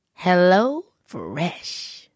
HelloFresh